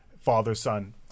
father-son